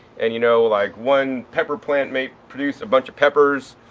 and, you know, like one pepper plant may produce a bunch of peppers.